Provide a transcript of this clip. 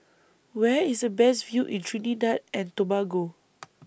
Where IS The Best View in Trinidad and Tobago